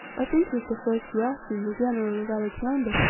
i think that the first rassen, the general of alexander,